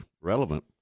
relevant